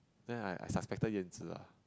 then I suspected Yan-Zhi lah